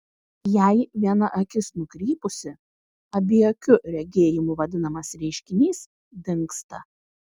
jei viena akis nukrypusi abiakiu regėjimu vadinamas reiškinys dingsta